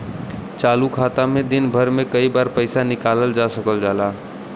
चालू खाता में दिन भर में कई बार पइसा निकालल जा सकल जाला